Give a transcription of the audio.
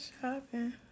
shopping